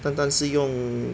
单单是用